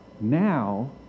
Now